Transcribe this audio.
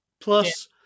Plus